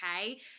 okay